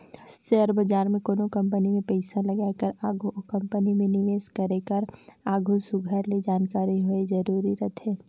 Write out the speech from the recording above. share बजार में कोनो कंपनी में पइसा लगाए कर आघु ओ कंपनी में निवेस करे कर आघु सुग्घर ले जानकारी होवई जरूरी रहथे